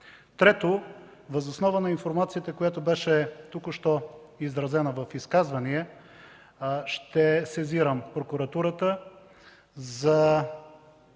Трето, въз основа на информацията, която беше току-що изразена в изказвания, ще сезирам прокуратурата за